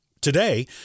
Today